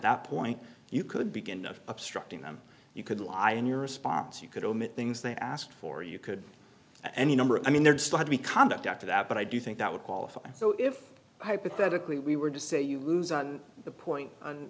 that point you could begin obstructing them you could lie in your response you could omit things they asked for you could any number of i mean they're just what we conduct after that but i do think that would qualify so if hypothetically we were to say you lose on the point